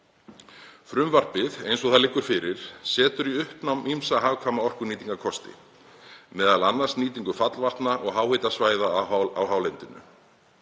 Frumvarpið, eins og það liggur fyrir, setur í uppnám ýmsa hagkvæma orkunýtingarkosti, m.a. nýtingu fallvatna og háhitasvæða á hálendinu.